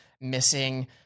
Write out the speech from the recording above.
missing